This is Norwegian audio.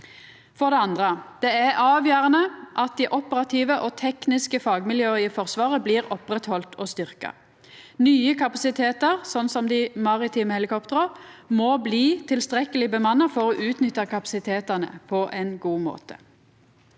For det andre er det avgjerande at dei operative og tekniske fagmiljøa i Forsvaret blir oppretthaldne og styrkte. Nye kapasitetar, sånn som dei maritime helikoptera, må bli tilstrekkeleg bemanna for å utnytta kapasitetane på ein god måte.